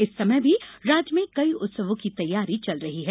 इस समय भी राज्य में कई उत्सवों की तैयारी चल रही है